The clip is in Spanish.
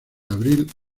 abril